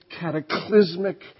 cataclysmic